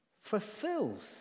fulfills